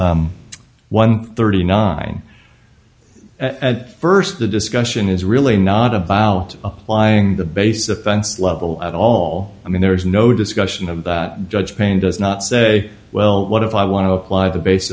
page one thirty nine at first the discussion is really not about applying the base offense level at all i mean there is no discussion of that judge payne does not say well what if i want to apply the base